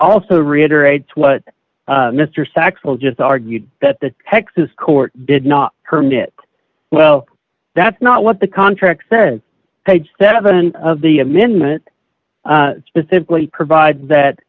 also reiterated what mr sexual just argued that the texas court did not permit it well that's not what the contract said page seven of the amendment specifically provides that